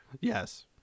Yes